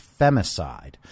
femicide